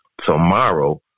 Tomorrow